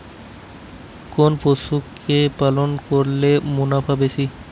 কোন পশু কে পালন করলে মুনাফা বেশি?